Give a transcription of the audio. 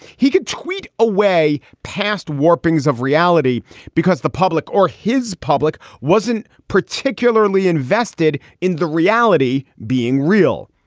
he could tweet away past warnings of reality because the public or his public wasn't particularly invested in the reality being real.